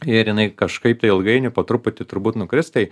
ir jinai kažkaip tai ilgainiui po truputį turbūt nukris tai